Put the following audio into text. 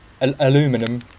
Aluminum